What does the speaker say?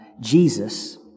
Jesus